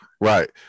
Right